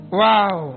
wow